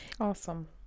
Awesome